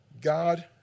God